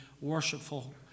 worshipful